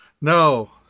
No